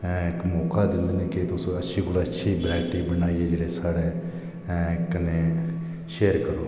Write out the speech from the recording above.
है इक मौका दिंदे ना कि तुस अच्छी कोला अच्छी वेराइटी बनाइयै साढ़े कन्नै शेयर करो